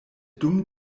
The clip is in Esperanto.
dum